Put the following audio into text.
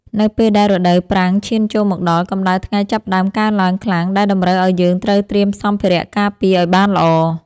នៅពេលដែលរដូវប្រាំងឈានចូលមកដល់កម្តៅថ្ងៃចាប់ផ្តើមកើនឡើងខ្លាំងដែលតម្រូវឱ្យយើងត្រូវត្រៀមសម្ភារៈការពារឱ្យបានល្អ។